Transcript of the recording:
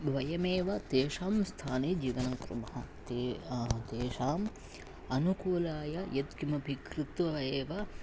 वयमेव तेषां स्थाने जीवनं कुर्मः ते तेषाम् अनुकूलाय यत्किमपि कृत्वा एव